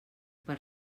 per